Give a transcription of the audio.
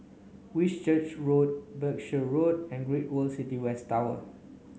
Whitchurch Road Berkshire Road and Great World City West Tower